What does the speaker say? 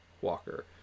Walker